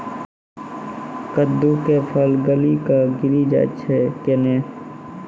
कददु के फल गली कऽ गिरी जाय छै कैने?